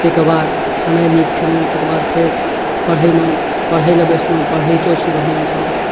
ताहिके बाद खेनाइ नीक खेलहुँ ताहिके बाद फेर पढ़ैमे पढ़य लेल बैसलहुँ पढ़ितो छी बढ़िआँसँ